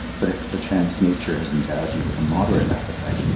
but if perchance nature has endowed you with a moderate appetite,